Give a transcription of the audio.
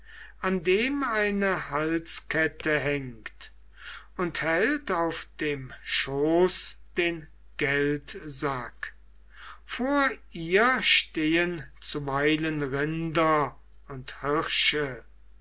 an dem eine halskette hängt und hält auf dem schoß den geldsack vor ihr stehen zuweilen rinder und hirsche